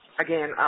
again